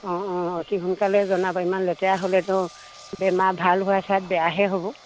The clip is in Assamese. অঁ অঁ অতি সোনকালে জনাব ইমান লেতেৰা হ'লেতো বেমাৰ ভাল হোৱা চাত বেয়াহে হ'ব